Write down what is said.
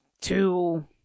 two